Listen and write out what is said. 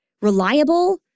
reliable